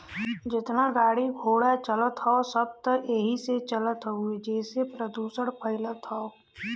जेतना गाड़ी घोड़ा चलत हौ सब त एही से चलत हउवे जेसे प्रदुषण फइलत हौ